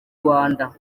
rwanda